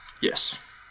Yes